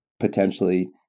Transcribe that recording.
potentially